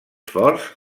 forts